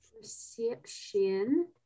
Perception